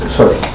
Sorry